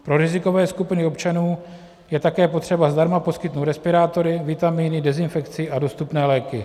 Pro rizikové skupiny občanů je také potřeba zdarma poskytnout respirátory, vitaminy, dezinfekci a dostupné léky.